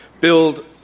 build